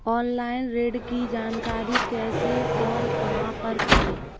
Online ऋण की जानकारी कैसे और कहां पर करें?